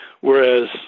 Whereas